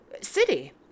city